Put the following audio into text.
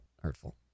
hurtful